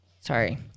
sorry